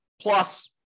plus